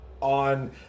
on